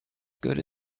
good